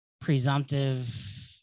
presumptive